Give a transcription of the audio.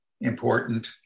important